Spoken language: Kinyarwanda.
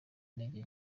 intege